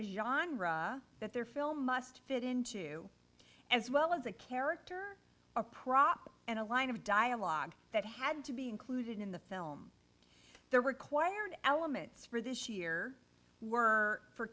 yawn raw that their film must fit into as well as a character a prop and a line of dialogue that had to be included in the film the required elements for this year were for